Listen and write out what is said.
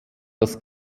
das